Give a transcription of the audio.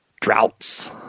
droughts